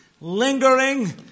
Lingering